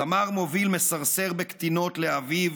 זמר מוביל מסרסר בקטינות לאביו